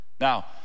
Now